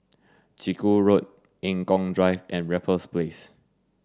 Chiku Road Eng Kong Drive and Raffles Place